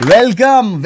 Welcome